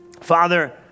Father